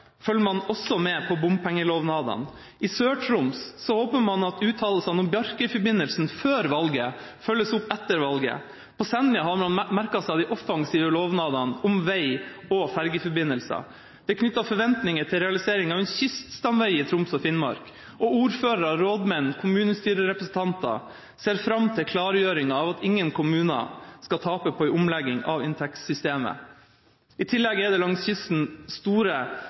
følger man også med på bompengelovnadene. I Sør-Troms håper man at uttalelsene om Bjarkøy-forbindelsen før valget følges opp etter valget. På Senja har man merket seg de offensive lovnadene om vei- og fergeforbindelser. Det er knyttet forventninger til realisering av en kyststamvei i Troms og Finnmark, og ordførere, rådmenn og kommunestyrerepresentanter ser fram til klargjøring av at ingen kommuner skal tape på en omlegging av inntektssystemet. I tillegg er det langs kysten